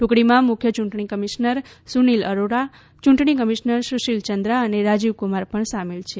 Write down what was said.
ટુકડીમાં મુખ્ય યૂંટણી કમિશનર સુનિલ અરોરા ચૂંટણી કમિશનર સુશિલ ચંદ્રા અને રાજીવકુમાર પણ સામેલ છે